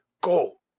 Go